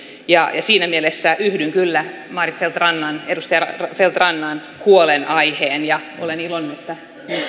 siinä mielessä yhdyn kyllä edustaja maarit feldt rannan huolenaiheeseen ja olen iloinen että ministeri berner